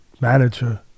manager